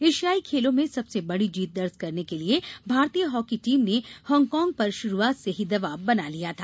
एशियाई खेलों में सबसे बड़ी जीत दर्ज करने के लिये भारतीय हांकी टीम ने हांगकांग पर शुरूआत से ही दबाव बना लिया था